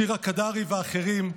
שירה קדרי ואחרים,